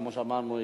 כפי שאמרתי,